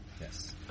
Yes